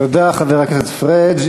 תודה לחבר הכנסת פריג'.